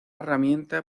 herramienta